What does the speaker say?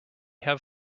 have